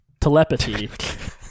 Telepathy